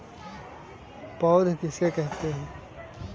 पौध किसे कहते हैं?